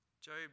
Job